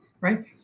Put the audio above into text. right